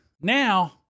Now